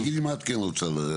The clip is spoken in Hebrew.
תגידי על מה את כן רוצה להרחיב.